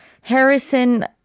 Harrison